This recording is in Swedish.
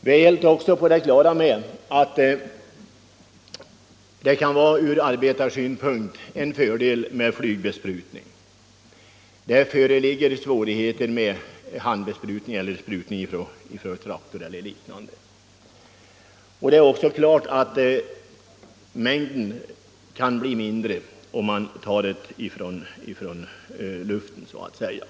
Vi är också på det klara med att det ur arbetarsynpunkt kan vara en fördel med flygbesprutning. Besprutning för hand eller från traktor m.m. är ju förenat med vissa svårigheter. Det är också klart att det vid besprutning från luften kan bli mindre giftmängd inom ett område.